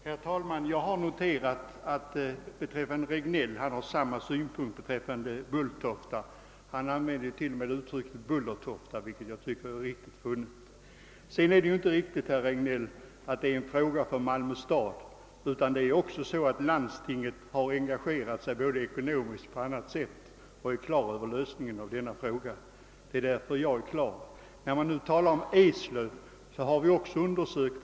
Herr talman! Jag har noterat att herr Regnéll har samma synpunkt beträffande Bulltofta som jag — han använde t.o.m. uttrycket »Bullertofta», vilket jag tycker är ett väl funnet uttryck. Emellertid är det inte riktigt, herr Regnéll, att detta är en fråga endast för Malmö stad. Även landstinget har engagerat sig både ekonomiskt och på annat sätt för lösningen av frågan. Det är där för jag är på det klara med min ståndpunkt.